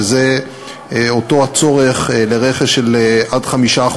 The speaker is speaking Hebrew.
וזה אותו הצורך ברכש של עד 5%,